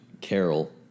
Carol